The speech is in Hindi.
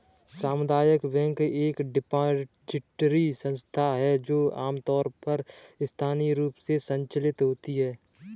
सामुदायिक बैंक एक डिपॉजिटरी संस्था है जो आमतौर पर स्थानीय रूप से संचालित होती है